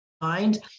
mind